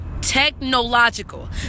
technological